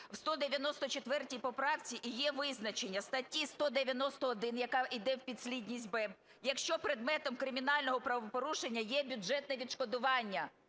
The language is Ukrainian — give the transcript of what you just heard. в 194 поправці і є визначення статті 191, яка йде підслідність БЕБ "якщо предметом кримінального правопорушення є бюджетне відшкодування".